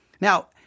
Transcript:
Now